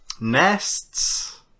Nests